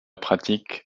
pratique